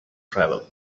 travel